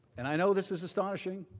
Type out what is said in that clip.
and i know this is astonishing